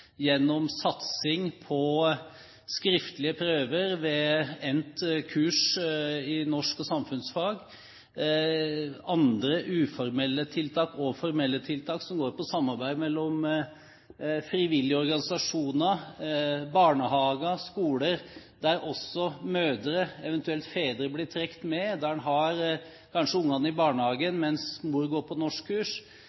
gjennom satsing på skriftlige prøver ved endt kurs i norsk og samfunnsfag. Andre uformelle og formelle tiltak går på samarbeid mellom frivillige organisasjoner, barnehager, skoler der også mødre, eventuelt fedre, blir trukket med, der en kanskje har ungene i barnehagen